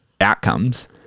outcomes